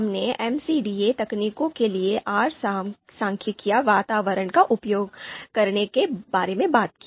हमने एमसीडीए तकनीकों के लिए आर सांख्यिकीय वातावरण का उपयोग करने के बारे में बात की